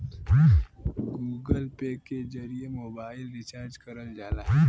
Google Pay के जरिए mobile recharge करल जाला